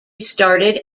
started